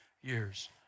years